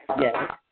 Yes